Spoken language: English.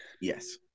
Yes